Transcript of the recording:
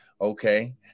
Okay